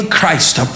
Christ